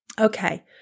Okay